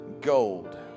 gold